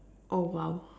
!wow!